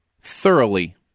Thoroughly